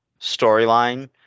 storyline